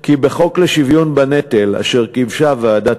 כי לפי החוק לשוויון בנטל אשר גיבשה ועדת